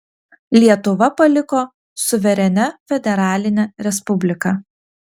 lietuva paliko suverenia federaline respublika